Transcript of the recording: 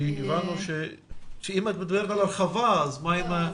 כי אם את מדברת על הרחבה, אז מה איתם?